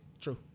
True